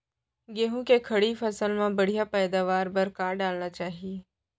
गेहूँ के खड़ी फसल मा बढ़िया पैदावार बर का डालना चाही?